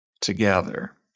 together